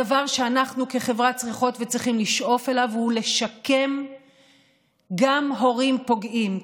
הדבר שאנחנו כחברה צריכות וצריכים לשאוף אליו הוא לשקם גם הורים פוגעים,